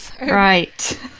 Right